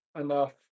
enough